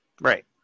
Right